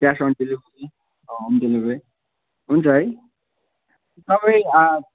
cash on delivery home delivery हुन्छ है तपाईँ